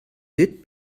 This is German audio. wird